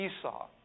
Esau